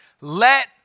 let